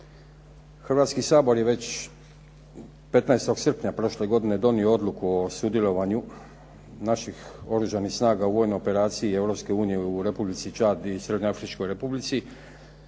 Hrvatski sabor je već 15. srpnja prošle godine dionio odluku o sudjelovanju naših oružanih snaga u vojnoj operaciji Europske unije u Republici Čad i Srednjoafričkoj Republici